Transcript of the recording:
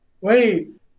wait